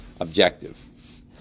Objective